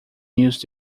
used